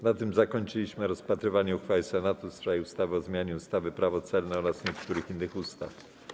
Na tym zakończyliśmy rozpatrywanie uchwały Senatu w sprawie ustawy o zmianie ustawy - Prawo celne oraz niektórych innych ustaw.